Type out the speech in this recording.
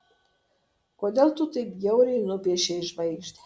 kodėl tu taip bjauriai nupiešei žvaigždę